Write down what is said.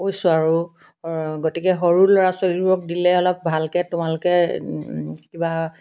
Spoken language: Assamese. কৈছোঁ আৰু গতিকে সৰু ল'ৰা ছোৱালীবিলাকক দিলে অলপ ভালকৈ তোমালোকে কিবা